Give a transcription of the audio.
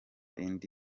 indi